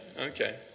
Okay